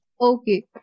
Okay